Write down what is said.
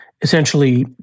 essentially